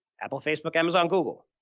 apple, facebook, amazon, google,